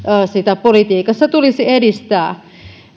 sitä politiikassa tulisi edistää